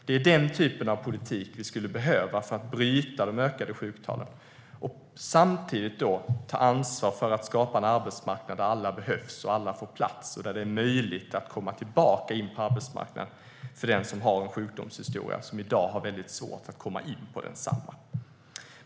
Det är den typen av politik vi skulle behöva för att bryta det ökade antalet sjukfall och samtidigt ta ansvar för att skapa en arbetsmarknad där alla behövs, alla får plats och där det är möjligt för den som har en sjukdomshistoria och som i dag har väldigt svårt att komma in på arbetsmarknaden att komma tillbaka in på densamma.